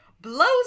blows